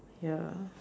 ya